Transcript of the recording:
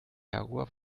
jaguar